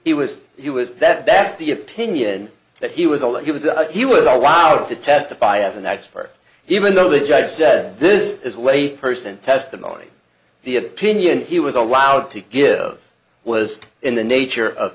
he was he was that that's the opinion that he was all that he was he was allowed to testify as an expert even though the judge said this is a lay person testimony the opinion he was allowed to give was in the nature of